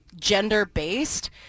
gender-based